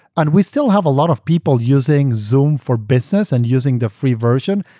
and we still have a lot of people using zoom for business and using the free version.